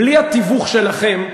בלי התיווך שלכם,